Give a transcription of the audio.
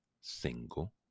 single